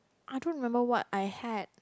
I don't remember what I had